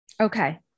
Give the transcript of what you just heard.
Okay